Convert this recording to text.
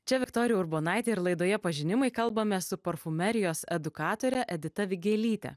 čia viktorija urbonaitė ir laidoje pažinimai kalbamės su parfumerijos edukatore edita vigelyte